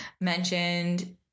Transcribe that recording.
mentioned